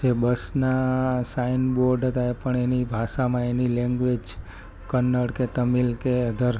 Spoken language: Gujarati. જે બસના સાઇન બોર્ડ હતાં એ પણ એની ભાષામાં એની લેંગ્વેજ કન્નડ કે તમિલ કે અધર